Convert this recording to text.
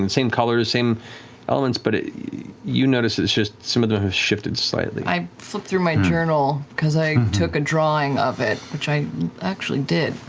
and same colors, same elements, but you noticed it's just some of them have shifted slightly. marisha i flip through my journal, because i took a drawing of it, which i actually did,